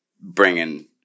bringing